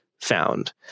found